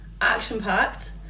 action-packed